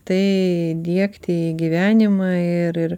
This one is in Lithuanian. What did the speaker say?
tai diegti į gyvenimą ir